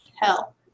hell